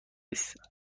است